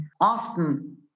often